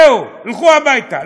זהו, תלכו הביתה.